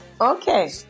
Okay